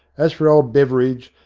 as for old beveridge,